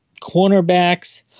cornerbacks